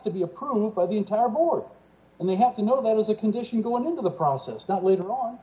to be approved by the entire board and they have to know that as a condition going into the process not later on